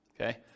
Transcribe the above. okay